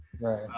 Right